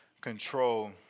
control